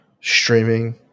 streaming